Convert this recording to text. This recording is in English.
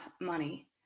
money